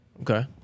Okay